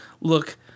look